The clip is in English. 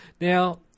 Now